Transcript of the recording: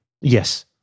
Yes